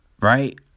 right